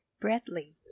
Bradley